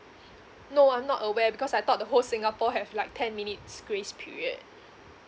no I'm not aware because I thought the whole singapore have like ten minutes grace period